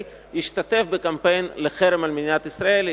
ישתתף בקמפיין לחרם על מדינת ישראל,